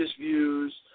views